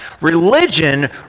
Religion